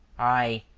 i,